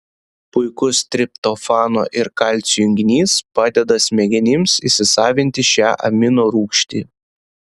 puikus triptofano ir kalcio junginys padeda smegenims įsisavinti šią aminorūgštį